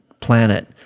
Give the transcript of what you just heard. planet